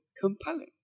compelling